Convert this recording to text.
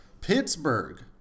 Pittsburgh